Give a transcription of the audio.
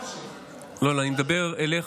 לא לא, אני מדבר אליך.